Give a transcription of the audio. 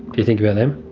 you think about them?